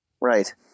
Right